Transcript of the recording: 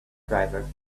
driver